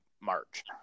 March